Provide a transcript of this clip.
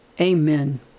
Amen